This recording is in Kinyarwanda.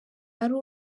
ari